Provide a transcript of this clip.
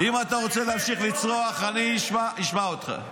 אם אתה רוצה להמשיך לצרוח, אני אשמע אותך.